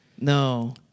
No